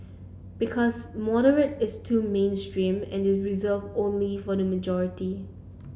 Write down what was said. because moderate is too mainstream and is reserve only for the majority